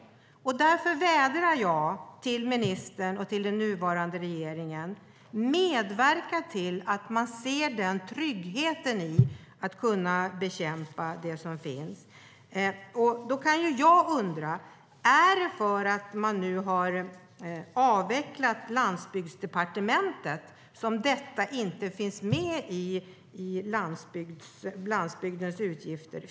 "Detta finns alltså inte med i landsbygdens utgifter. Jag undrar om det beror på att man nu har avvecklat Landsbygdsdepartementet.